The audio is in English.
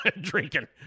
drinking